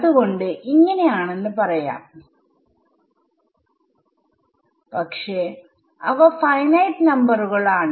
അത് കൊണ്ട് ആണെന്ന് പറയാം പക്ഷെ അവ ഫൈനൈറ്റ് നമ്പറുകൾ ആണ്